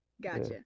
Gotcha